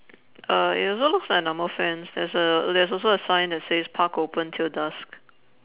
uh it also looks like a normal fence there's a there's also a sign that says park open till dusk